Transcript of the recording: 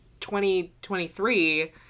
2023